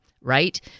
right